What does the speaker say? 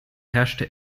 herrschte